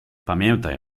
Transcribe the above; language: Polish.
pamiętaj